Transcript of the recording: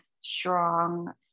strong